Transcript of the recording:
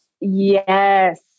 Yes